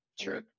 True